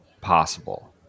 possible